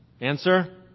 Answer